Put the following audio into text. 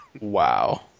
Wow